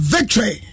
Victory